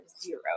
zero